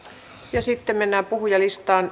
perille sitten mennään puhujalistaan